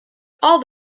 all